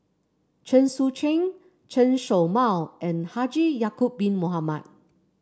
Chen Sucheng Chen Show Mao and Haji Ya'acob Bin Mohamed